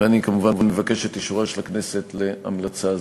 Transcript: ואני כמובן מבקש את אישורה של הכנסת להמלצה זו.